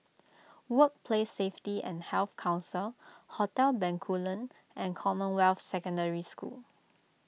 Workplace Safety and Health Council Hotel Bencoolen and Commonwealth Secondary School